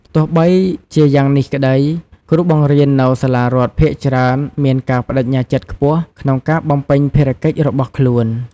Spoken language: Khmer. ទោះបីជាយ៉ាងនេះក្តី គ្រូបង្រៀននៅសាលារដ្ឋភាគច្រើនមានការប្តេជ្ញាចិត្តខ្ពស់ ក្នុងការបំពេញភារកិច្ចរបស់ខ្លួន។